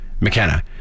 McKenna